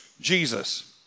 Jesus